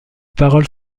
paroles